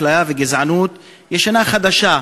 אפליה וגזענות ישנה-חדשה,